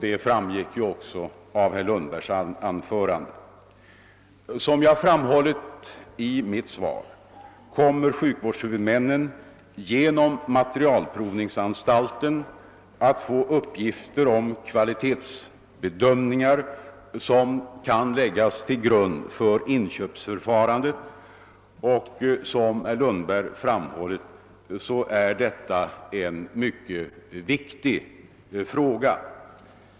ket också framgick av herr Lundbergs anförande. Som jag framhållit i mitt svar kommer sjukvårdshuvudmännen genom materialprovningsanstalten att få uppgifter om kvalitetsbedömningar som kan läggas till grund för inköpsförfarandet. Som herr Lundberg påpekat är detta en mycket viktig fråga.